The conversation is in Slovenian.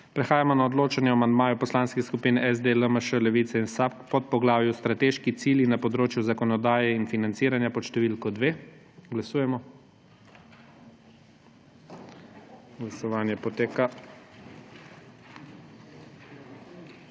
Prehajamo na odločanje o amandmaju poslanskih skupin SD, LMŠ, Levica in SAB k podpoglavju Strateški cilji na področju zakonodaje in financiranja pod številko 5. Glasujemo. Navzočih je